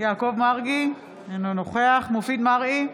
יעקב מרגי, אינו נוכח מופיד מרעי,